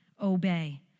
Obey